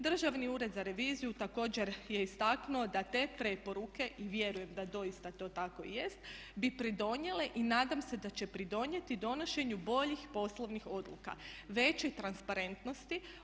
Državni ured za reviziju također je istaknuo da te preporuke, vjerujem da doista to tako i jest, bi pridonijele i nadam se da će pridonijeti donošenju boljih poslovnih odluka, većoj transparentnosti.